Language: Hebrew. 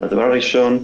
דבר ראשון,